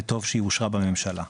וטוב שהיא אושרה בממשלה.